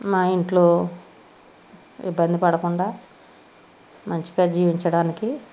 మా ఇంట్లో ఇబ్బంది పడకుండా మంచిగా జీవించడానికి